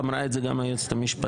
אמרה את זה גם היועצת המשפטית.